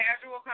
casual